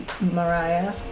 Mariah